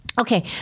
Okay